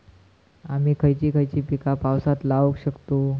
आम्ही खयची खयची पीका पावसात लावक शकतु?